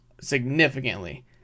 significantly